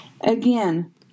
Again